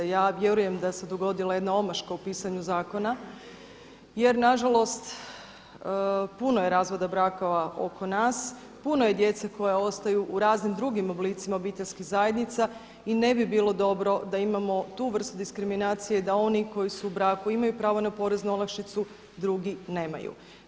Ja vjerujem da se dogodila jedna omaška u pisanju zakona, jer na žalost puno je razvoda brakova oko nas, puno je djece koja ostaju u raznim drugim oblicima obiteljskih zajednica i ne bi bilo dobro da imamo tu vrstu diskriminacije, da oni koji su u braku imaju pravo na poreznu olakšicu drugi nemaju.